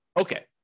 Okay